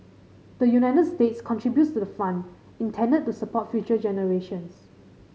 the United States contributes to the fund intended to support future generations